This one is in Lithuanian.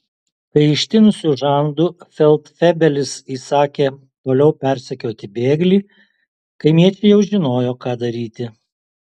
kai ištinusiu žandu feldfebelis įsakė toliau persekioti bėglį kaimiečiai jau žinojo ką daryti